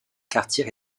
quartiers